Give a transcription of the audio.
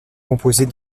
composée